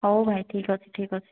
ହଉ ଭାଇ ଠିକ୍ ଅଛି ଠିକ୍ ଅଛି